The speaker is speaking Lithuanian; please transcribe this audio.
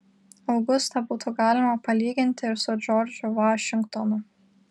augustą būtų galima palyginti ir su džordžu vašingtonu